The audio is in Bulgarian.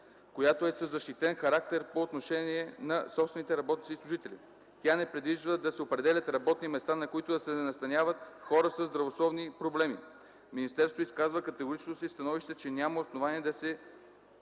която е със защитен характер по отношение на собствените работници и служители. Тя не предвижда да се определят работни места, на които да се настаняват хора със здравословни проблеми. Министерството изказва категоричното си становище, че няма основание да се